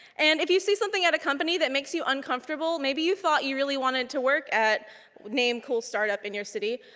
and if you see something at a company that makes you uncomfortable, maybe you thought you really wanted to work at name cool startup in your city,